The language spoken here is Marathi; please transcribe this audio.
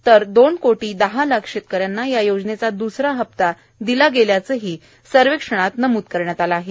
तर दोन कोटी दहा लाख शेतकऱ्यांना या योजनेचा दुसरा हफ्ता दिला गेल्याचंही सर्वेक्षणात नम्द करण्यात आलं आहे